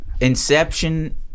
inception